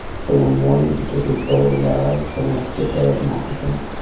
so one morning he took his bow and arrows and an extra pair of moccasins,